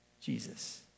Jesus